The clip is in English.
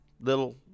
little